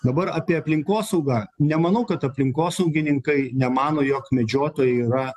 dabar apie aplinkosaugą nemanau kad aplinkosaugininkai nemano jog medžiotojai yra